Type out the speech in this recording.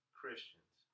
Christians